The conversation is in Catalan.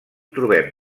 trobem